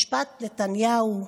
משפט נתניהו,